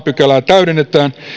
pykälää täydennetään